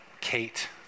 Kate